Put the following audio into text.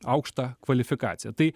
aukštą kvalifikaciją tai